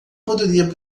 poderia